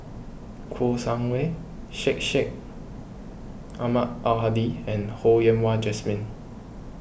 Kouo Shang Wei Syed Sheikh Syed Ahmad Al Hadi and Ho Yen Wah Jesmine